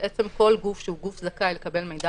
בעצם כל גוף שהוא גוף זכאי לקבל מידע